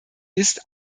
ist